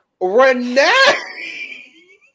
Renee